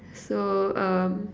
so um